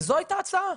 וזו הייתה ההצעה.